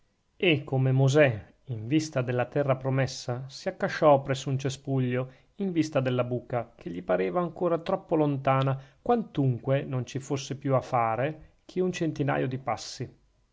e come mosè in vista della terra promessa si accasciò presso un cespuglio in vista della buca che gli pareva ancora troppo lontana quantunque non ci fosse più a fare che un centinaio di passi